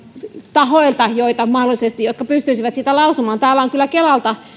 tahoilta jotka mahdollisesti pystyisivät siitä lausumaan täällä on kyllä kelalta